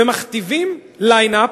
ומכתיבים ליין-אפ,